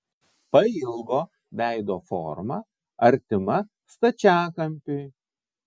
pailgo veido forma artima stačiakampiui